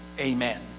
Amen